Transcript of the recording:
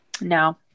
no